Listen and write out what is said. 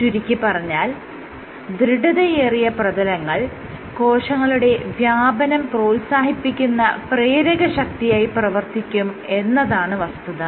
ചുരുക്കിപ്പറഞ്ഞാൽ ദൃഢതയേറിയ പ്രതലങ്ങൾ കോശങ്ങളുടെ വ്യാപനം പ്രോത്സാഹിപ്പിക്കുന്ന പ്രേരകശക്തിയായി പ്രവൃത്തിക്കും എന്നതാണ് വസ്തുത